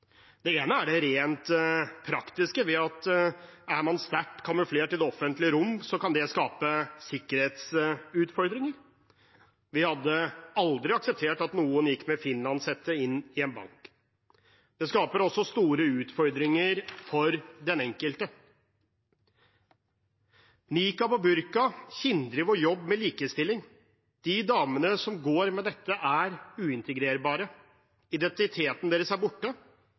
Det ene er det rent praktiske, ved at er man sterkt kamuflert i det offentlige rom, kan det skape sikkerhetsutfordringer. Vi hadde aldri akseptert at noen gikk med finlandshette inn i en bank. Det skaper også store utfordringer for den enkelte. Nikab og burka hindrer vår jobb med likestilling. De damene som går med dette, er uintegrerbare. Identiteten deres er borte,